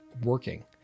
working